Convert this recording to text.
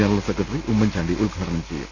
general secretary Oommen Chandy ഉദ്ഘാടനം ചെയ്യും